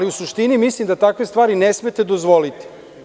U suštini, mislim da takve stvari ne smemo dozvoliti.